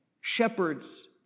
Shepherds